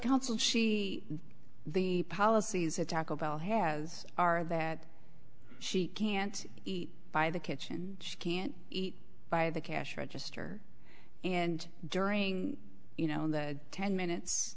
council she the policies attackable has are that she can't eat by the kitchen she can't eat by the cash register and during you know the ten minutes